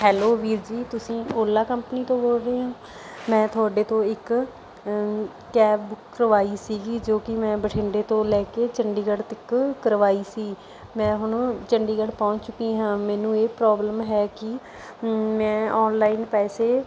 hello ਵੀਰ ਜੀ ਤੁਸੀਂ ਓਲਾ ਕੰਪਨੀ ਤੋਂ ਬੋਲ ਰਹੇ ਹੋ ਮੈਂ ਤੁਹਾਡੇ ਤੋਂ ਇੱਕ ਕੈਬ ਬੁੱਕ ਕਰਵਾਈ ਸੀਗੀ ਜੋ ਕਿ ਮੈਂ ਬਠਿੰਡੇ ਤੋਂ ਲੈ ਕੇ ਚੰਡੀਗੜ੍ਹ ਤੱਕ ਕਰਵਾਈ ਸੀ ਮੈਂ ਹੁਣ ਚੰਡੀਗੜ੍ਹ ਪਹੁੰਚ ਚੁੱਕੀ ਹਾਂ ਮੈਨੂੰ ਇਹ ਪ੍ਰੋਬਲਮ ਹੈ ਕਿ ਮੈਂ ਓਨਲਾਈਨ ਪੈਸੇ